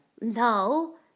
No